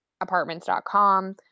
apartments.com